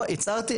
הצהרתי,